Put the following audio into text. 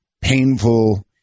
painful